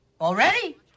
Already